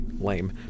lame